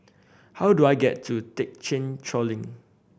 how do I get to Thekchen Choling